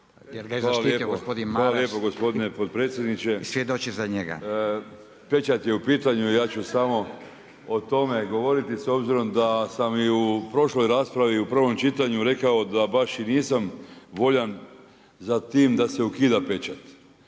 Hvala lijepo gospodine potpredsjedniče. Pečat je u pitanju i ja ću samo o tome govoriti s obzirom da sam i u prošloj raspravi i u prvom čitanju rekao da baš i nisam voljan za tim da se ukida pečat